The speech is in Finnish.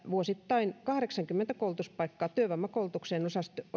vuosittain kahdeksankymmentä koulutuspaikkaa työvoimakoulutukseen